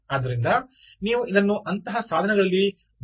ಆದ್ದರಿಂದ ನೀವು ಇದನ್ನು ಅಂತಹ ಸಾಧನಗಳಲ್ಲಿ ದೋಷ ಎಂದು ಕರೆಯುತ್ತೀರಾ